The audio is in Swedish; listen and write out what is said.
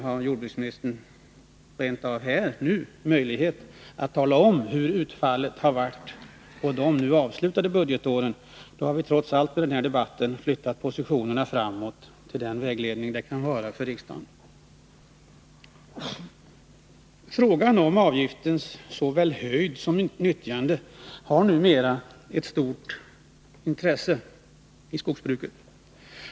Om jordbruksministern har möjlighet att här och nu tala om hur utfallet har varit under de två närmast avslutade budgetåren, har vi med den här debatten trots allt flyttat positionerna framåt — till den vägledning det kan vara för riksdagen. Frågan om avgiftens såväl höjd som nyttjande är numera av stort intresse för skogsbruket.